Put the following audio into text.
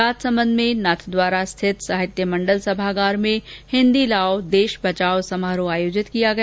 राजसमंद में नाथद्वारा स्थित साहित्य मंडल सभागार में हिन्दी लाओ देश बचाओ समारोह आयोजित किया गया